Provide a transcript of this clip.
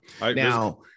now